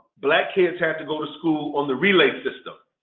black kids had to go to school on the relay system.